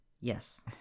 Yes